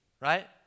Right